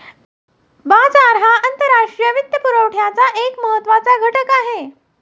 बाजार हा आंतरराष्ट्रीय वित्तपुरवठ्याचा एक महत्त्वाचा घटक आहे